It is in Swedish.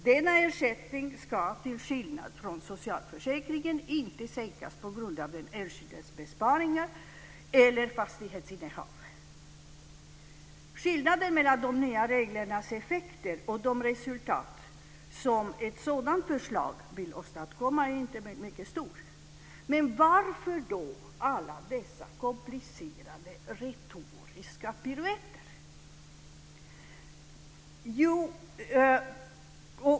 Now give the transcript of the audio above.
Denna ersättning skall till skillnad från socialförsäkringarna inte sänkas på grund av den enskildes besparingar eller fastighetsinnehav." Skillnaden mellan de nya reglernas effekter och de resultat som ett sådant förslag vill åstadkomma är inte stor. Men varför då alla dessa komplicerade retoriska piruetter?